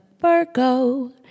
Virgo